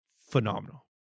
Phenomenal